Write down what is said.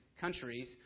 countries